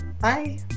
Bye